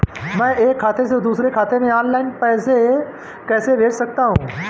मैं एक खाते से दूसरे खाते में ऑनलाइन पैसे कैसे भेज सकता हूँ?